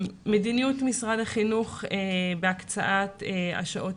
מדיניות משרד החינוך בהקצאת השעות